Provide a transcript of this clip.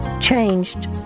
changed